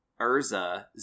Urza